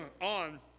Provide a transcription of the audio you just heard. on